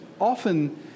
often